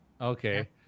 okay